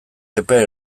epe